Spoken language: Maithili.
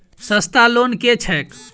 सस्ता लोन केँ छैक